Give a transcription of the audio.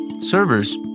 servers